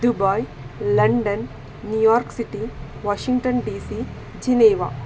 Dubai London New York city Washington DC Geneva